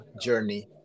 journey